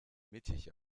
mittig